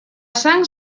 sang